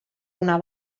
una